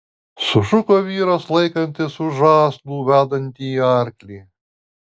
sušuko vyras laikantis už žąslų vedantįjį arklį